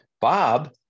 Bob